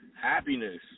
happiness